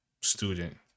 student